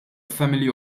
family